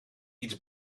iets